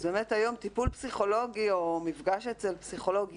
היום טיפול פסיכולוגי או מפגש אצל פסיכולוג,